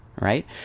right